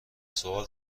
سؤال